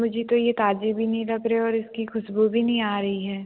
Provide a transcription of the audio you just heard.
मुझे तो ये ताजे भी नहीं लग रहे और इसकी खुशबू भी नहीं आ रही है